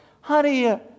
Honey